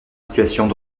situations